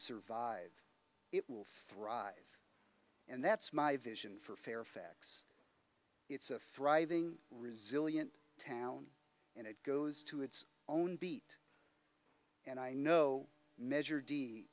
survive it will thrive and that's my vision for fairfax it's a thriving resilient town and it goes to its own beat and i know measure d